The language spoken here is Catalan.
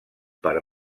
per